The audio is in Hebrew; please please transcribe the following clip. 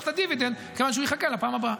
את הדיבידנד כיוון שהוא יחכה לפעם הבאה,